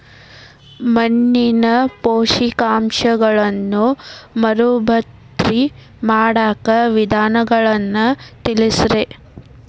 ಮಣ್ಣಿನ ಪೋಷಕಾಂಶಗಳನ್ನ ಮರುಭರ್ತಿ ಮಾಡಾಕ ವಿಧಾನಗಳನ್ನ ತಿಳಸ್ರಿ